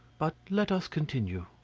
but let us continue.